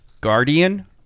Guardian